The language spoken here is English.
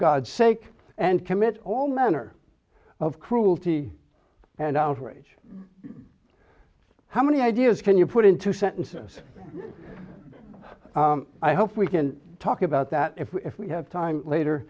god sake and commit all manner of cruelty and outrage how many ideas can you put into sentences i hope we can talk about that if we have time later